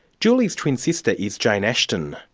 julie's twin sister is jane ashton.